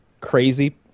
crazy